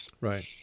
Right